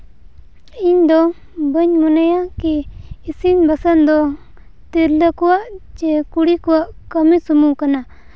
ᱤᱧᱫᱚ ᱵᱟᱹᱧ ᱢᱚᱱᱮᱭᱟ ᱠᱤ ᱤᱥᱤᱱ ᱵᱟᱥᱟᱝ ᱫᱚ ᱛᱤᱨᱞᱟᱹ ᱠᱚᱣᱟᱜ ᱡᱮ ᱠᱩᱲᱤ ᱠᱚᱣᱟᱜ ᱠᱟᱹᱢᱤ ᱥᱩᱢᱩᱝ ᱠᱟᱱᱟ